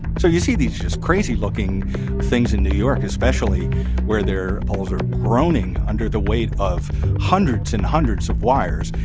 so you see these just crazy-looking things in new york especially where their poles are groaning under the weight of hundreds and hundreds of wires,